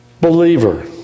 believer